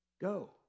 go